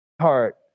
heart